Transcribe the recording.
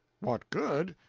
what good?